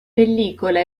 pellicola